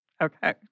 Okay